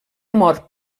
mort